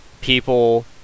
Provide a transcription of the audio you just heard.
people